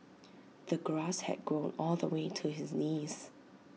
the grass had grown all the way to his knees